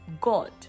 god